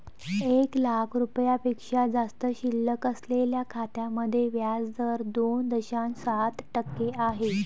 एक लाख रुपयांपेक्षा जास्त शिल्लक असलेल्या खात्यांमध्ये व्याज दर दोन दशांश सात टक्के आहे